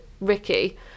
Ricky